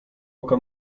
oka